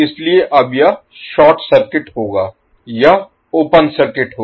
इसलिए अब यह शॉर्ट सर्किट होगा यह ओपन सर्किट होगा